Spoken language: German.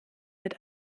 wird